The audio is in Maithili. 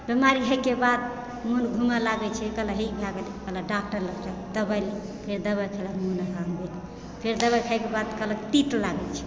बीमारी होइके बाद मोन घूमऽ लागै छै कहलक डॉक्टर लग लऽ चल दवाइ देलक फेर दवाइ खेलक फेर फेर दवाइ खायके बाद कहलक तीत लागै छै